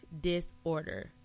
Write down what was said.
disorder